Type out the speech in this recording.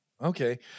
Okay